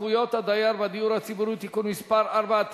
הצעת חוק זכויות הדייר בדיור הציבורי (תיקון מס' 4)